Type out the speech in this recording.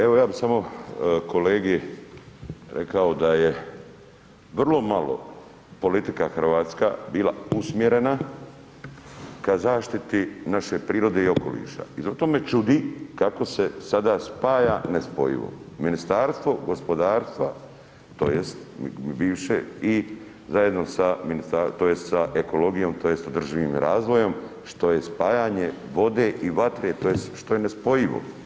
Evo ja bi samo kolegi rekao da je vrlo malo politika hrvatska bila usmjerena ka zaštiti naše prirode i okoliša i zato me čudi kako se sada spaja nespojivo, Ministarstvo gospodarstva tj. bivše i zajedno sa ministarstvom tj. sa ekologijom tj. održivim razvojom, što je spajanje vode i vatre tj. što je nespojivo.